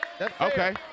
Okay